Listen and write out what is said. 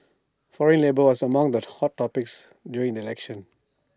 foreign labour was among that hot topics during the elections